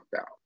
out